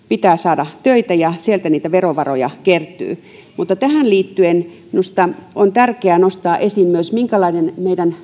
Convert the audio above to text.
pitää saada töitä ja sieltä niitä verovaroja kertyy mutta tähän liittyen minusta on tärkeää nostaa esiin myös se minkälainen meidän työmarkkina